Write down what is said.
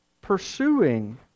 pursuing